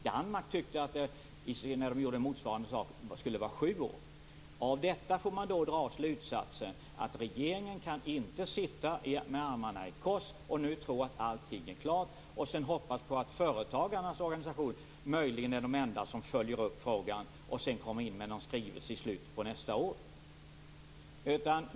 När man gjorde motsvarande i Danmark tyckte man att det skulle vara sju år. Av detta får man dra slutsatsen att regeringen inte kan sitta med armarna i kors och nu tro att allt är klart och sedan hoppas att företagarnas organisation möjligen är de enda som följer upp frågan och sedan inkommer med någon skrivelse i slutet av nästa år.